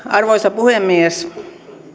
arvoisa puhemies